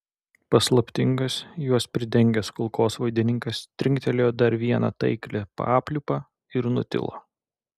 paslaptingas juos pridengęs kulkosvaidininkas trinktelėjo dar vieną taiklią papliūpą ir nutilo